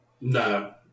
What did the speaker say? no